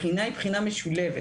הבחינה היא בחינה משולבת.